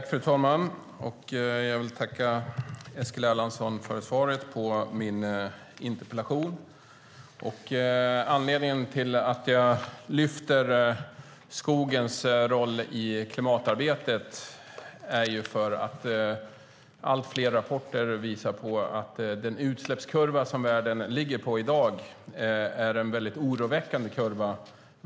Fru talman! Jag vill tacka Eskil Erlandsson för svaret på min interpellation. Anledningen till att jag lyfter fram skogens roll i klimatarbetet är för att allt fler rapporter visar på att den utsläppskurva som världen ligger på i dag är väldigt oroväckande.